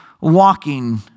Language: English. walking